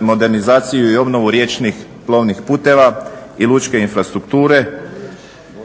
modernizaciju i obnovu riječnih plovnih puteva i lučke infrastrukture.